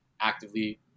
actively